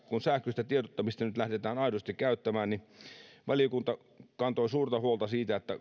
kun sähköistä tiedottamista nyt lähdetään aidosti käyttämään valiokunta kantoi suurta huolta siitä että